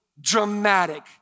Dramatic